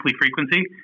frequency